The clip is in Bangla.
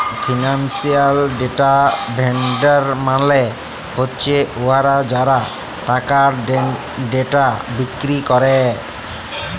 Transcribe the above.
ফিল্যাল্সিয়াল ডেটা ভেল্ডর মালে হছে উয়ারা যারা টাকার ডেটা বিক্কিরি ক্যরে